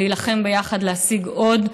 ולהילחם ביחד להשיג עוד,